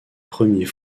premier